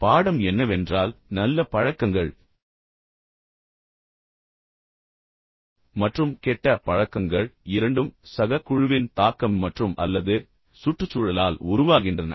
பாடம் என்னவென்றால் நல்ல பழக்கங்கள் மற்றும் கெட்ட பழக்கங்கள் இரண்டும் சக குழுவின் தாக்கம் மற்றும் அல்லது சுற்றுச்சூழலால் உருவாகின்றன